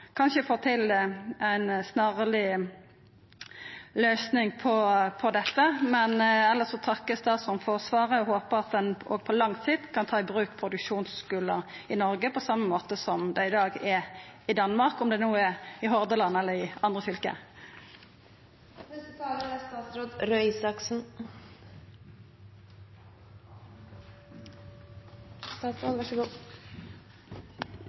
få til ei snarleg løysing på dette. Elles takkar eg statsråden for svaret og håpar at ein òg på lang sikt kan ta i bruk produksjonsskular i Noreg, på same måte som ein i dag gjer i Danmark, om det no er i Hordaland eller i andre fylke.